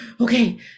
okay